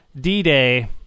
D-Day